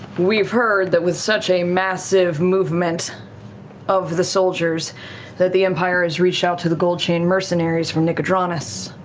we've heard that with such a massive movement of the soldiers that the empire has reached out to the gold chain mercenaries from nicodranas